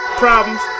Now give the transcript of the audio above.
problems